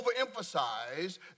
overemphasize